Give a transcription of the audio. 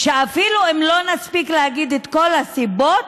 אפילו אם לא נספיק להגיד את כל הסיבות,